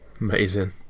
Amazing